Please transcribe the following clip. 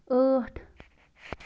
ٲٹھ